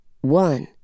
one